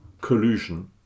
collusion